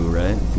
right